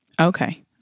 Okay